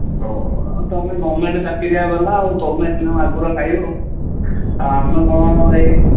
ଓହୋ ଆଉ ତୁମେ ଗଭର୍ଣ୍ଣମେଣ୍ଟ୍ ଚାକିରିଆ ଵାଲା ଆଉ ତୁମେ ସିନା ମାଗୁର ଖାଇବ ଆମେ କ'ଣ ଏଇ